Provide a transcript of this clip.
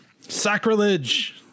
Sacrilege